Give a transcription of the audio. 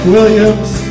Williams